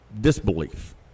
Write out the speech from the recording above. disbelief